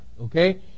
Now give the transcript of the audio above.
Okay